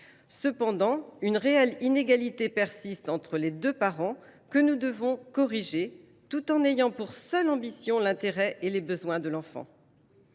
Cependant, une réelle inégalité persiste entre les deux parents. Il nous faut la corriger, tout en ayant pour seule ambition l’intérêt et les besoins de l’enfant.